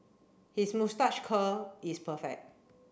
his moustache curl is perfect